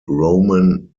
roman